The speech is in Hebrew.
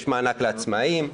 יש מענק לעצמאים,